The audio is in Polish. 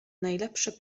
najlepsze